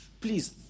Please